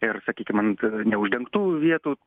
ir sakykim ant neuždengtų vietų